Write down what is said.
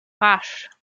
rasch